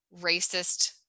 racist